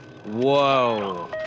Whoa